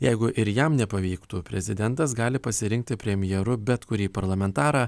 jeigu ir jam nepavyktų prezidentas gali pasirinkti premjeru bet kurį parlamentarą